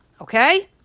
Okay